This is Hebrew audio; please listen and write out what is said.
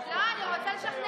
חוק ומשפט